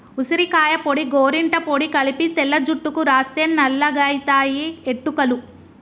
ఉసిరికాయ పొడి గోరింట పొడి కలిపి తెల్ల జుట్టుకు రాస్తే నల్లగాయితయి ఎట్టుకలు